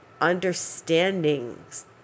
understandings